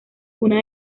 una